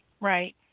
Right